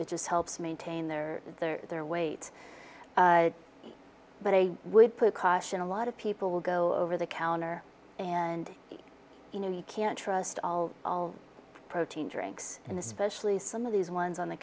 it just helps maintain their their weight but i would put caution a lot of people will go over the counter and you know you can't trust all all protein drinks and especially some of these ones on the